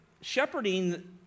shepherding